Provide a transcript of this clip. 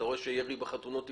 אתה רואה שירי בחתונות הפסיק,